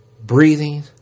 breathing